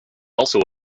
also